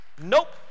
Nope